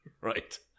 Right